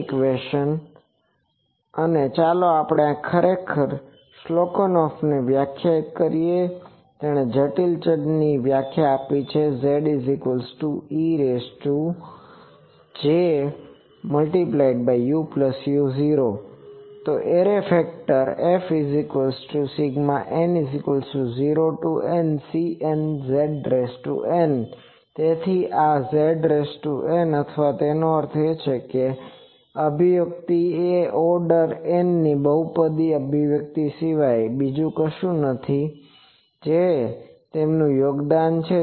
તેથી Fn0NCnejn uu0 જ્યાં uk0dcos u0αd હવે ચાલો આપણે ખરેખર આ શેલ્લકનોફ ને વ્યાખ્યાયિત કરીએ તેણે જટિલ ચલની વ્યાખ્યા આપી કે Ƶejuu0 તો એરે ફેક્ટર Fn0NCnƵn તેથી આ Ƶn અથવા તેનો અર્થ એ કે આ અભિવ્યક્તિ એ ઓર્ડર n ની બહુપદી અભિવ્યક્તિ સિવાય બીજું કશું નથી જે તેમનું યોગદાન છે